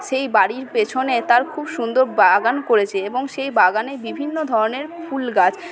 সেই বাড়ির পেছনে তার খুব সুন্দর বাগান করেছে এবং সেই বাগানে বিভিন্ন ধরণের ফুল গাছ